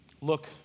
Look